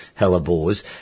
hellebores